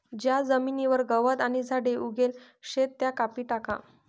ज्या जमीनवर गवत आणि झाडे उगेल शेत त्या कापी टाका